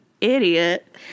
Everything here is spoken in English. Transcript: Idiot